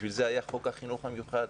בשביל זה היה חוק החינוך המיוחד.